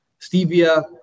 stevia